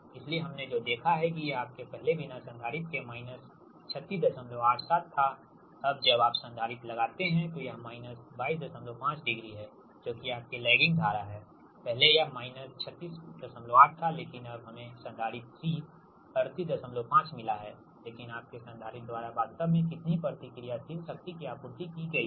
इसलिए हमने जो देखा है कि यह आपके पहले बिना संधारित्र के माइनस 3687 था अब जब आप संधारित्र लगाते हैं तो यह माइनस 225 डिग्री है जो कि आपके लैगिंग धारा है पहले यह माइनस 368 था लेकिन अब हमें संधारित्र C 385 मिला है लेकिन आपके संधारित्र द्वारा वास्तव में कितनी प्रतिक्रियाशील शक्ति की आपूर्ति की गयी है